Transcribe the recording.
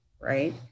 right